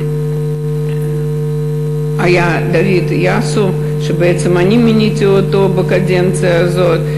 הוא דוד יאסו, ואני מיניתי אותו בקדנציה הזאת.